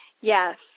yes